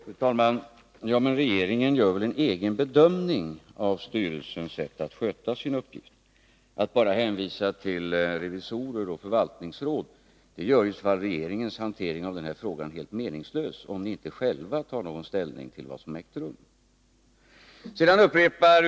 Fru talman! Men regeringen gör väl en egen bedömning av styrelsens sätt att sköta sina uppgifter? Om ni bara hänvisar till revisorer och förvaltningsråd och inte själva tar någon ställning till vad som har ägt rum, blir regeringens handläggning av denna fråga helt meningslös.